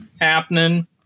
happening